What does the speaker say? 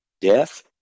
Death